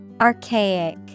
Archaic